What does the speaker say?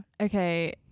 okay